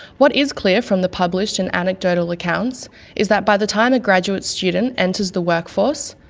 what is clear from the published and anecdotal accounts is that by the time a graduate student enters the workforce,